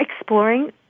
exploring